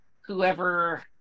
whoever